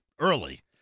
early